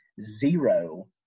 zero